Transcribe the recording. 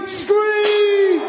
scream